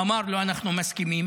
אמר לו: אנחנו מסכימים.